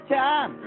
time